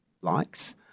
likes